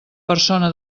persona